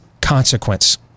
consequence